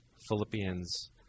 Philippians